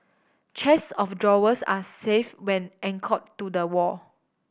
chests of drawers are safe when anchor to the wall